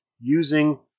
using